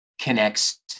connects